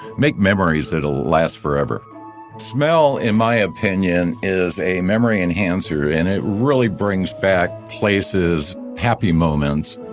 make memories that'll last forever smell in my opinion, is a memory enhancer. and it really brings back places, happy moments.